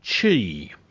Chi